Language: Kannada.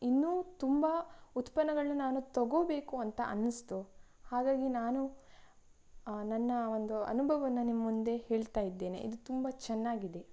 ಇನ್ನೂ ತುಂಬ ಉತ್ಪನ್ನಗಳನ್ನ ನಾನು ತಗೋಬೇಕು ಅಂತ ಅನ್ನಿಸ್ತು ಹಾಗಾಗಿ ನಾನು ನನ್ನ ಒಂದು ಅನುಭವವನ್ನು ನಿಮ್ಮ ಮುಂದೆ ಹೇಳ್ತಾ ಇದ್ದೇನೆ ಇದು ತುಂಬ ಚೆನ್ನಾಗಿದೆ